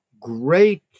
great